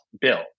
bill